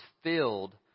filled